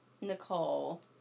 Nicole